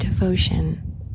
devotion